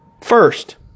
first